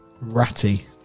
Ratty